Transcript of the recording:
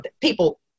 people